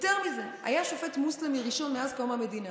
יותר מזה, היה שופט מוסלמי ראשון מאז קום המדינה,